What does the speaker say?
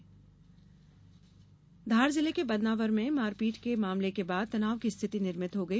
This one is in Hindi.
धार स्थिति धार जिले के बदनावर में कल मारपीट के मामले के बाद तनाव की स्थिति निर्मित हो गयी